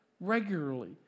regularly